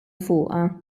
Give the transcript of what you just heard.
fuqha